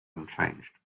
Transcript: unchanged